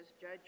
judge